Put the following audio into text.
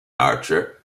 archer